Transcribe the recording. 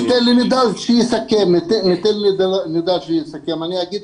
אני למדתי